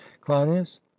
cleinias